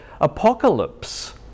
apocalypse